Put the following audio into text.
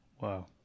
Wow